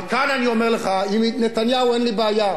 אבל כאן אני אומר לך, עם נתניהו אין לי בעיה.